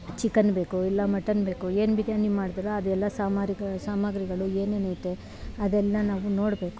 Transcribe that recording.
chicken ಬೇಕು ಇಲ್ಲ mutton ಬೇಕು ಏನು ಬಿರಿಯಾನಿ ಮಾಡಿದ್ರೆ ಅದೆಲ್ಲ ಸಾಮಾರಿಗ ಸಾಮಗ್ರಿಗಳು ಏನೇನು ಐತೆ ಅದೆಲ್ಲ ನಾವು ನೋಡಬೇಕು